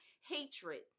Hatred